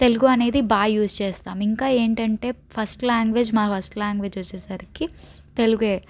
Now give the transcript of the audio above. తెలుగు అనేది బాగా యూస్ చేస్తాము ఇంకా ఏంటంటే ఫస్ట్ లాంగ్వేజ్ మా ఫస్ట్ లాంగ్వేజ్ వచ్చేసరికి తెలుగే